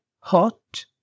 hot